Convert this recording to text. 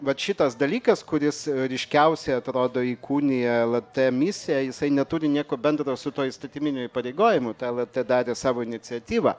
vat šitas dalykas kuris ryškiausiai atrodo įkūnija lrt misiją jisai neturi nieko bendro su tuo įstatyminiu įpareigojimu tą lrt darė savo iniciatyva